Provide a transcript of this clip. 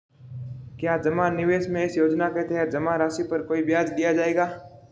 क्या जमा निवेश में इस योजना के तहत जमा राशि पर कोई ब्याज दिया जाएगा?